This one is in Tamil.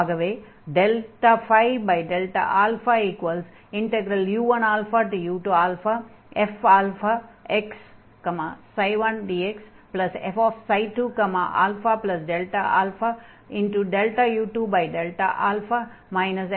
ஆகவே u1u2fx1dxf2αΔαu2Δα f3αΔαu1Δα என்று ஆகும்